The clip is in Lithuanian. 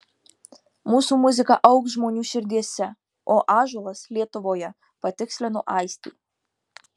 mūsų muzika augs žmonių širdyse o ąžuolas lietuvoje patikslino aistė